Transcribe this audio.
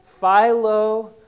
Philo